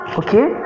okay